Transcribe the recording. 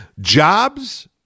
jobs